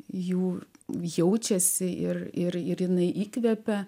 jų jaučiasi ir ir ir jinai įkvepia